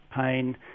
pain